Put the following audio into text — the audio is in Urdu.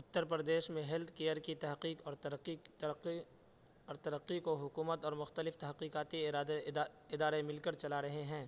اتر پردیش میں ہیلتھ کیئر کی تحقیق اورترقی ترقی اور ترقی کو حکومت اور مختلف تحقیقاتی ارادے ادارے مل کر چلا رہے ہیں